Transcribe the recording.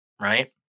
right